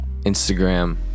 Instagram